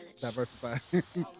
Diversify